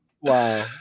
wow